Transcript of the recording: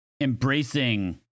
embracing